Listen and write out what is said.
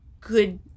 good